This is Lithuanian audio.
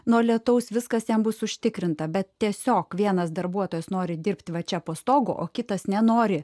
nuo lietaus viskas jam bus užtikrinta bet tiesiog vienas darbuotojas nori dirbti va čia po stogu o kitas nenori